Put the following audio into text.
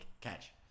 catch